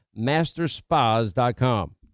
masterspas.com